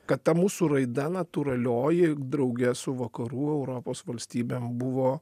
kad ta mūsų raida natūralioji drauge su vakarų europos valstybėm buvo